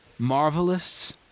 Marvelists